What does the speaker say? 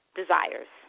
desires